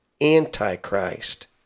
Antichrist